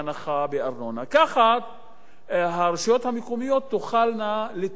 כך הרשויות המקומיות תוכלנה לתרום ולתמוך